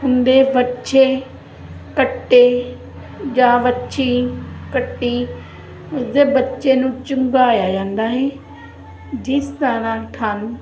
ਉਨਦੇ ਬੱਚੇ ਕੱਟੇ ਜਾਂ ਵੱਛੀ ਕੱਟੀ ਉਸਦੇ ਬੱਚੇ ਨੂੰ ਚੁੰਗਾਇਆ ਜਾਂਦਾ ਹੈ ਜਿਸ ਤਰ੍ਹਾਂ ਥਣ